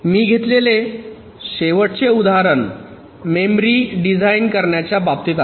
मी घेतलेले शेवटचे उदाहरण मेमरी डिझाइन करण्याच्या बाबतीत आहे